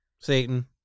Satan